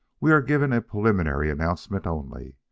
we are giving a preliminary announcement only.